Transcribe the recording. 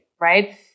right